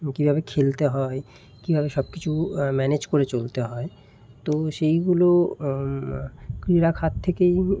এবং কীভাবে খেলতে হয় কীভাবে সবকিছু ম্যানেজ করে চলতে হয় তো সেইগুলো ক্রীড়াখাত থেকেই